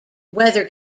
weather